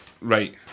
Right